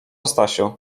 stasiu